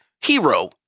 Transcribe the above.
hero